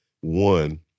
One